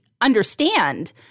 understand